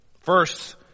First